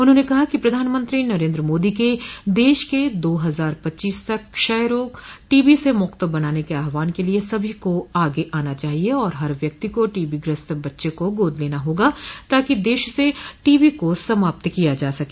उन्होंने कहा कि प्रधानमंत्री नरेन्द्र मोदी के देश के दो हजार पच्चीस तक क्षय रोग टीबी से मुक्त बनाने के आहवान के लिये सभी को आगे आना चाहिये और हर व्यक्ति को टीबी ग्रस्त बच्चे को गोद लेना होगा ताकि देश से टीबी को समाप्त किया जा सके